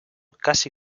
casi